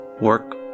work